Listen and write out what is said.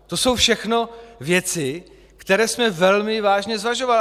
To jsou všechno věci, které jsme velmi vážně zvažovali.